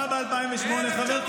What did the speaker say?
עכשיו, בא ב-2008, זה לא נכון.